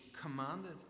commanded